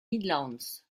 midlands